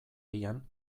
bian